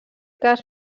cas